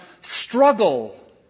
struggle